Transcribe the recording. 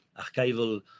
archival